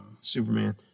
Superman